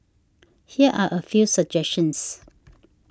here are a few suggestions